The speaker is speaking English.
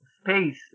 space